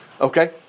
Okay